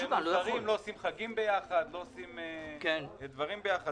עושים חגים ביחד ולא עושים דברים ביחד.